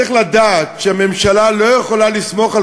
צריך לדעת שהממשלה לא יכולה לסמוך על